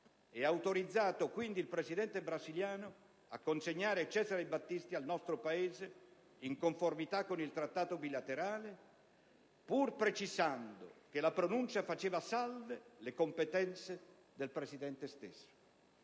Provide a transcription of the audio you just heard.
e autorizzato quindi il Presidente brasiliano a consegnare Cesare Battisti al nostro Paese, in conformità con il Trattato bilaterale, pur precisando che la pronuncia faceva salve le competenze del Presidente stesso.